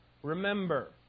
Remember